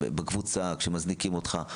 בקבוצה כשמזניקים אותך,